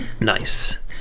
Nice